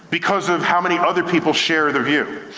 because of how many other people share the view.